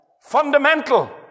Fundamental